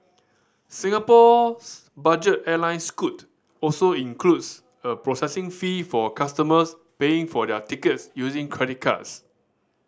Singapore's budget airline Scoot also includes a processing fee for customers paying for their tickets using credit cards